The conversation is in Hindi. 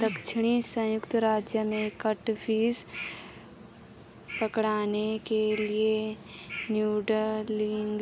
दक्षिणी संयुक्त राज्य में कैटफिश पकड़ने के लिए नूडलिंग